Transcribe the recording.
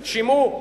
שמעו: